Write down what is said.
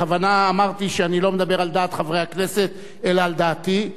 בכוונה אמרתי שאני לא מדבר על דעת חברי הכנסת אלא על דעתי.